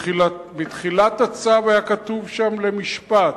ובתחילת הצו היה כתוב שם: למשפט.